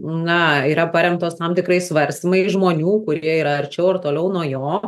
na yra paremtos tam tikrais svarstymais žmonių kurie yra arčiau ar toliau nuo jo